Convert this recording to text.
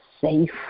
safe